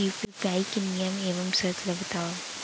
UPI के नियम एवं शर्त ला बतावव